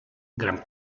gran